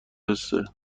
حسه